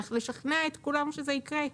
צריך לשכנע את כולם שזה יקרה.